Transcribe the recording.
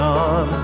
on